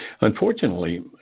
Unfortunately